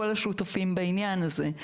כל השותפים בעניין הזה.